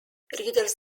readers